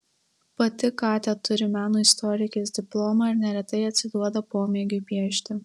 pati katia turi meno istorikės diplomą ir neretai atsiduoda pomėgiui piešti